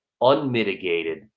unmitigated